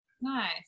Nice